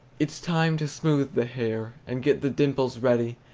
it s time to smooth the hair and get the dimples ready,